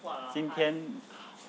今天